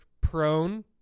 prone